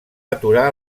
aturar